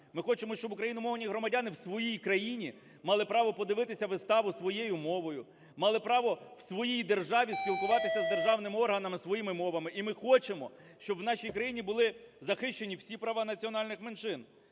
Ми хочемо, щоб україномовні громадяни в своїй країні мали право подивитися виставу своєю мовою, мали право в своїй державі спілкуватися з держаними органами своїми мовами. І ми хочемо, щоб в нашій країні були захищені всі права національних меншин.